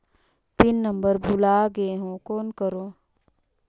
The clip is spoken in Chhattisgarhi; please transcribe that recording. पिन नंबर भुला गयें हो कौन करव?